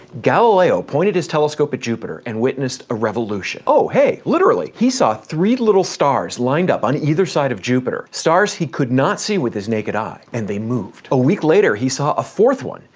galileo pointed his telescope at jupiter, and witnessed a revolution. oh, hey, literally! he saw three little stars lined up on either side of jupiter, stars he could not see with his naked eye. and they moved! a week later he saw a fourth one,